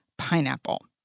pineapple